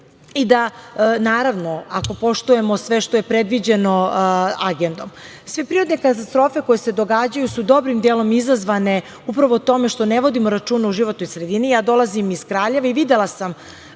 naravno ako poštujemo sve što je predviđeno Agendom. Sve prirodne katastrofe koje se događaju su dobrim delom izazvane upravo time što ne vodimo računa o životnoj sredini. Dolazim iz Kraljeva i videla sam